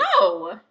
No